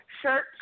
shirt